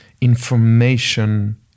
information